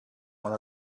one